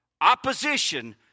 Opposition